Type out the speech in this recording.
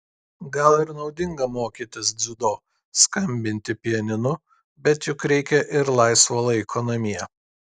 gal ir naudinga mokytis dziudo skambinti pianinu bet juk reikia ir laisvo laiko namie